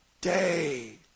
day